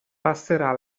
passerà